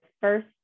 first